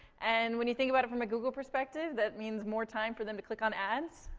and when you think about it from a google perspective, that means more time for them to click on ads.